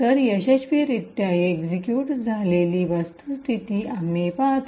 ते यशस्वीरित्या एक्सिक्यूट झालेली वस्तुस्थिती आम्ही पाहतो